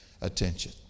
attention